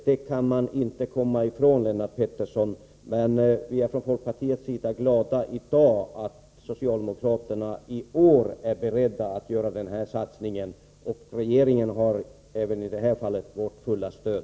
Det går inte att komma ifrån, Lennart Pettersson. Men vi är från folkpartiets sida i dag glada över att socialdemokraterna i år är beredda att göra den här satsningen, och regeringen har även i detta fall vårt fulla stöd.